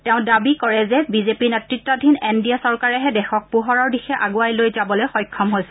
তেওঁ দাবী কৰে যে বিজেপি নেত়তাধীন এন ডি এ চৰকাৰেহে দেশক পোহৰৰ দিশে আগুৱাই লৈ যাবলৈ সক্ষম হৈছে